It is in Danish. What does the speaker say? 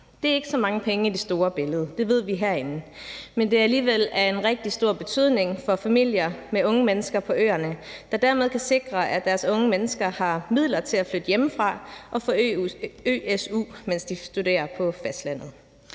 Det er ikke så mange penge i det store billede, og det ved vi herinde, men det er alligevel af rigtig stor betydning for familier med unge mennesker på øerne, der dermed kan sikre, at deres unge mennesker har midler til at flytte hjemmefra og få ø-su, mens de studerer på fastlandet.